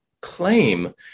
claim